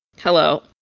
Hello